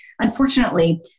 unfortunately